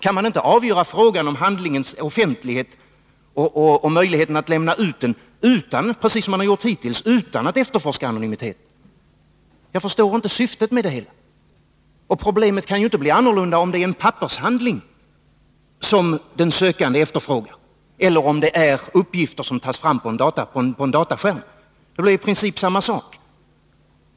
Kan man inte avgöra frågan om handlingens offentlighet och möjligheten att lämna ut den precis som man gjort hittills, utan att efterforska identiteten? Jag förstår inte syftet med det hela. Problemet kan inte heller vara annorlunda om det är en pappershandling som den sökande efterfrågar eller om det gäller uppgifter som tas fram på en dataskärm. Det är i princip samma sak.